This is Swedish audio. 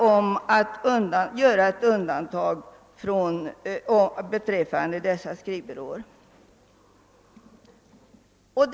Den syftade till ett undantag för de ambulerande skrivbyråerna från förbudet mot enskild arbetsförmedling.